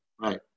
right